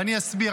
ואני אסביר.